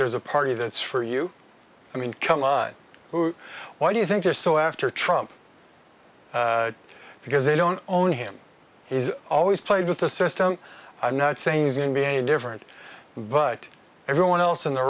there's a party that's for you i mean come on why do you think they're so after trump because they don't own him he's always played with the system i'm not saying he's in be any different but everyone else in the